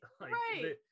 Right